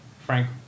Frank